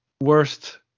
worst